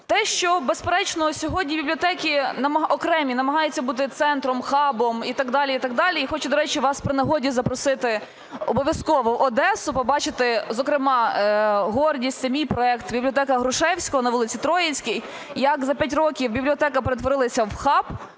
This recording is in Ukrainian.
Те, що, безперечно, сьогодні бібліотеки окремі намагаються бути центром, хабом і так далі, і так далі, і хочу, до речі, вас при нагоді запросити обов'язково в Одесу, побачити, зокрема гордість, це мій проект, бібліотека Грушевського на вулиці Троїцькій і як за 5 років бібліотека перетворилася в хаб